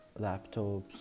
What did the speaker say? laptops